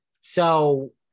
So-